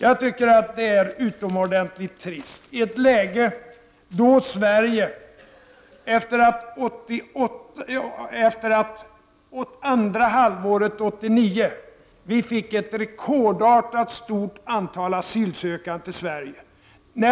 Andra halvåret 1989 kom ett rekordartat stort — Prot. 1989/90:80 antal asylsökande till Sverige.